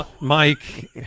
Mike